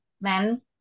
men